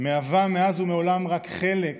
מהווה מאז ומעולם רק חלק